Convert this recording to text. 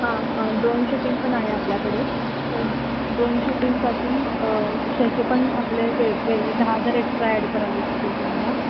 हां drone shooting पण आहे आपल्याकडे पण ड्रोन शूटिंगसाठी त्याचे पण आपले वे वेगळे दहा हजार एक्स्ट्रा ॲड करावे लागतील तुम्हाला